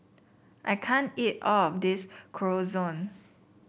I can't eat all of this Chorizo